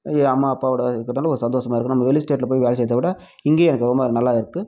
ய அம்மா அப்பாவோட இருக்கிறனால கொஞ்சம் சந்தோஷமாக இருக்கும் நம்ம வெளி ஸ்டேட்ல போய் வேலை செய்கிறதவிட இங்கேயே எனக்கு ரொம்ப நல்லா இருக்குது